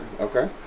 okay